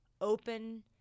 open